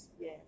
Yes